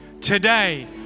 today